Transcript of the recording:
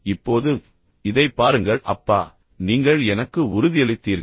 இப்போது இதை பாருங்கள் அப்பா நீங்கள் எனக்கு உறுதியளித்தீர்கள்